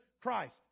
Christ